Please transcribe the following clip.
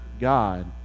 God